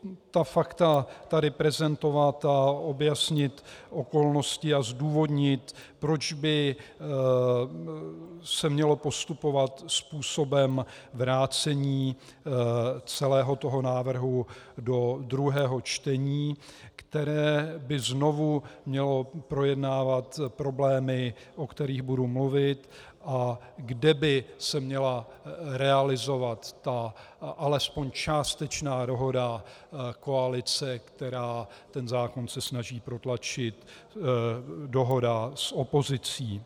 Chci ta fakta tady prezentovat a objasnit okolnosti a zdůvodnit, proč by se mělo postupovat způsobem vrácení celého návrhu do druhého čtení, které by znovu mělo projednávat problémy, o kterých budu mluvit, a kde by se měla realizovat alespoň částečná dohoda koalice, která se snaží zákon protlačit, dohoda s opozicí.